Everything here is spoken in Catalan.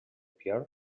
pierre